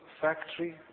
factory